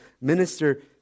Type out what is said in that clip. minister